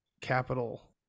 capital